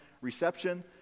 reception